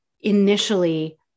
initially